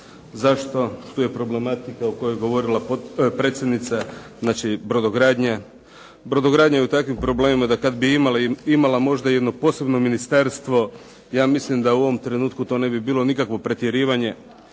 Zašto? Tu je problematika o kojoj je govorila predsjednica, znači brodogradnja. Brodogradnja je u takvim problemima da kad bi imala možda jedno posebno ministarstvo ja mislim da u ovom trenutku to ne bi bilo nikakvo pretjerivanje.